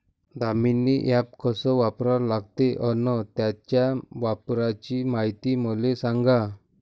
Damini app कस वापरा लागते? अन त्याच्या वापराची मायती मले सांगा